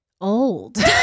old